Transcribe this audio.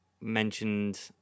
mentioned